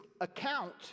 account